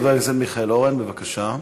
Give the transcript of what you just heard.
חבר הכנסת מיכאל אורן, בבקשה.